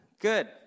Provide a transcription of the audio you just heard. good